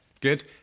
Good